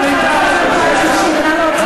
תוציאי אותו.